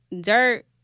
dirt